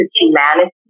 humanity